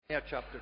chapter